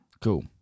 Cool